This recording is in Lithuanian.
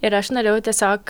ir aš norėjau tiesiog